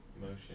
motion